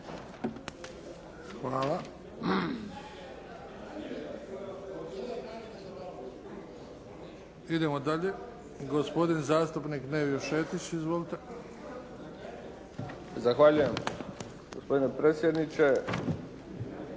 Hvala. Idemo dalje. Gospodin zastupnik Nevio Šetić. Izvolite. **Šetić, Nevio (HDZ)** Zahvaljujem gospodine predsjedniče.